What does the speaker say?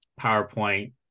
PowerPoint